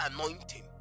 anointing